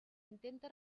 intenta